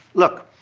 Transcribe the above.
look.